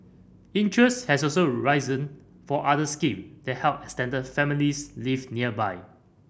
interest has also risen for other scheme that help extended families live nearby